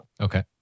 Okay